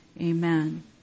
Amen